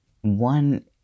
one